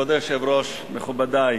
כבוד היושב-ראש, מכובדי,